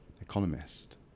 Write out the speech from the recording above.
economist